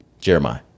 Jeremiah